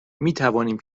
میتوانیم